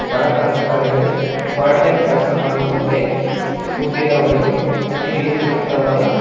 ಬಡಕಾರ್ಮಿಕರಿಗಳ part time ಕೆಲಸ ಮಾಡುವುದಕ್ಕೆ food ಡಿಲವರಿಯು ಅತೀ ಸೂಕ್ತವಾದ